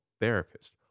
therapist